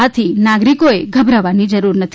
આથી નાગરિકોએ ગભરાવાની જરૂર નથી